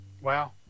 Wow